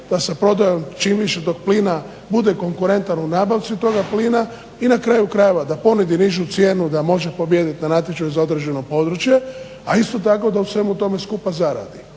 da sa prodajom čim više tog plina bude konkurentan u nabavci toga plina i na kraju krajeva da ponudi nižu cijenu da može pobijediti na natječaju za određeno područje, a isto tako da u svemu tome skupa da zaradi.